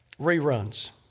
reruns